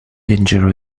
injury